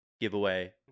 giveaway